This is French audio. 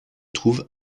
trouve